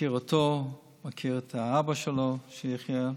מכיר אותו, מכיר את האבא שלו, שיחיה,